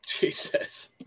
Jesus